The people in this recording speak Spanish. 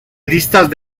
listas